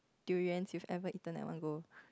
durians you ever eaten at one go